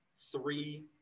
three